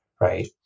Right